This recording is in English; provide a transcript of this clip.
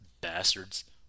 bastards